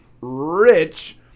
Rich